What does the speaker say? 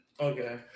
Okay